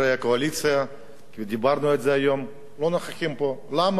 ודיברנו על זה היום, לא נוכחים פה.